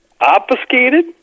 obfuscated